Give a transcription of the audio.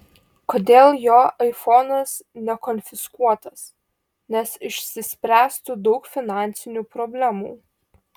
kodėl jo aifonas nekonfiskuotas nes išsispręstų daug finansinių problemų